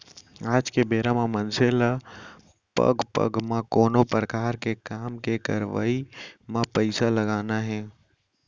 आज के बेरा म मनसे ल पग पग म कोनो परकार के काम के करवई म पइसा लगना हे